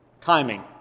Timing